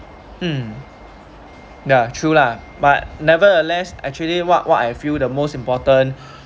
mm true lah but nevertheless actually what what I feel the most important